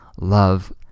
love